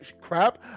crap